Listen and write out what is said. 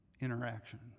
interaction